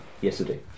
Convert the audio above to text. yesterday